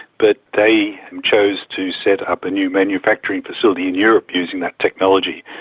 but they chose to set up a new manufacturing facility in europe using that technology.